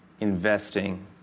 investing